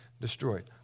destroyed